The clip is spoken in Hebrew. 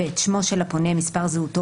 שמו של הפונה ומספר זהותו,